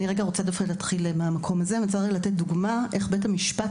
אבל אני רגע רוצה להתחיל מהמקום הזה ולתת דוגמה לאיך בית המשפט